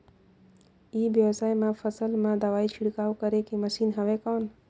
ई व्यवसाय म फसल मा दवाई छिड़काव करे के मशीन हवय कौन?